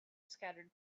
scattered